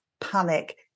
panic